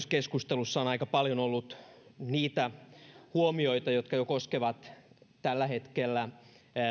keskustelussa on myös aika paljon ollut niitä huomioita jotka koskevat jo tällä hetkellä